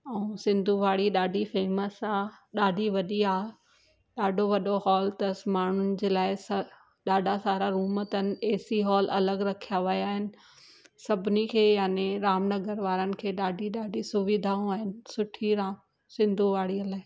ऐं सिंधूवाड़ी ॾाढी फेमस आहे ॾाढी वॾी आहे ॾाढो वॾो हॉल अथसि माण्हुन जे लाइ ॾाढा सारा रूम अथनि ए सी हॉल अलॻि रखिया विया आहिनि सभिनी खे यानी रामनगर वारनि खे ॾाढी ॾाढी सुविधाऊं आहिनि सुठी राम सिंधूवाड़ीअ लाइ